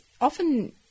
Often